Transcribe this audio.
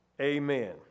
Amen